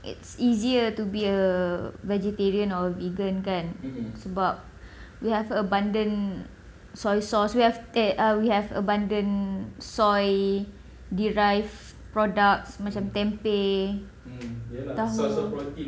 it's easier to be a vegetarian or vegan kan sebab we have abundant soy sauce we have that err we have abundant soy derived products macam tempeh tauhu